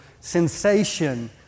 sensation